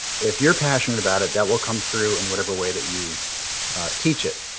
if you're passionate about it, that will come through in whatever way that you teach it.